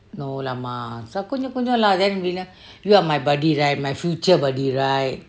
no lah mah you are my buddy right my future buddy right